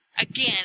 Again